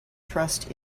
trust